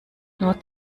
nur